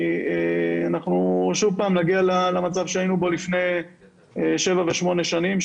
אז אנחנו שוב פעם נגיע למצב שהיינו בו לפני שבע ושמונה שנים.